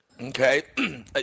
Okay